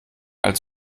als